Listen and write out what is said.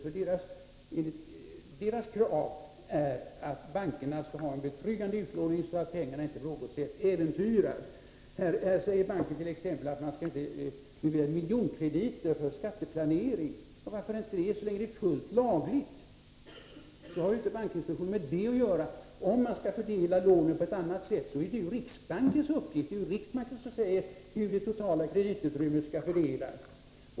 Allmänhetens krav är att bankernas utlåning skall skötas på ett betryggande sätt, så att pengarna inte äventyras. Bankinspektionen säger t.ex. att bankerna inte skall bevilja miljonkrediter för skatteplanering. Varför inte det? Så länge det är fullt lagligt har bankinspektionen inte med det att göra. Om lånen skall fördelas på ett annat sätt, är det riksbankens uppgift att meddela hur det totala kreditutrymmet skall fördelas.